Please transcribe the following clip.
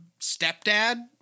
stepdad